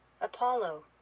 Apollo